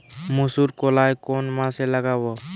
মুসুর কলাই কোন মাসে লাগাব?